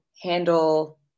handle